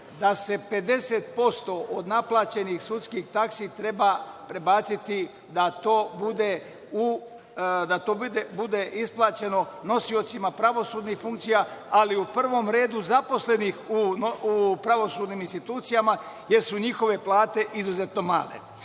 da se 50% od naplaćenih sudskih taksi treba prebaciti da to bude isplaćeno nosiocima pravosudnih funkcija, ali u prvom redu zaposlenih u pravosudnim institucijama jer su njihove plate izuzetno male. Šta